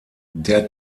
der